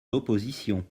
l’opposition